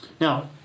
Now